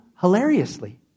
hilariously